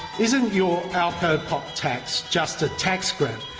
isn't your alcopop um tax just a tax grab?